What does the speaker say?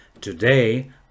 Today